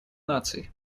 наций